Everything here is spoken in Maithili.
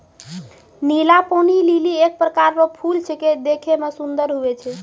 नीला पानी लीली एक प्रकार रो फूल छेकै देखै मे सुन्दर हुवै छै